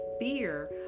fear